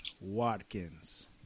Watkins